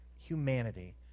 humanity